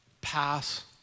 pass